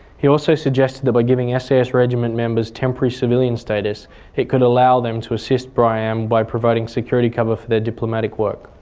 he also suggested that by giving sas regiment members temporary civilian status it could allow them to assist briam by providing security cover their diplomatic work.